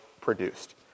produced